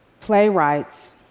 playwrights